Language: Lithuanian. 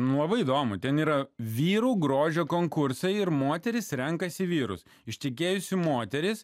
nu labai įdomu ten yra vyrų grožio konkursai ir moterys renkasi vyrus ištekėjusi moteris